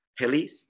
helis